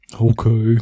Okay